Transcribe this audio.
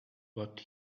what